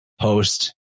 post